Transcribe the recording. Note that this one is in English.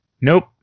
nope